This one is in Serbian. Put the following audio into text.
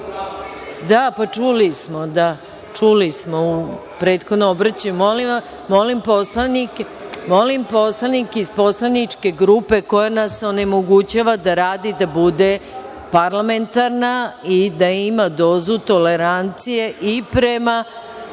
to pravo.)Da, čuli smo u prethodnom obraćanju. Molim poslanike iz poslaničke grupe koja nas onemogućava da radimo, da budu parlamentarni i da imaju dozu tolerancije i prema